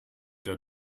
den